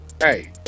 hey